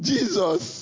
Jesus